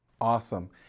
Awesome